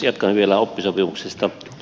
jatkan vielä oppisopimuksesta